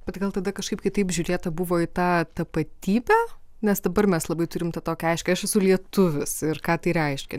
bet gal tada kažkaip kitaip žiūrėta buvo į tą tapatybę nes dabar mes labai turim tą tokią aiškią aš esu lietuvis ir ką tai reiškia